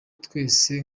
twese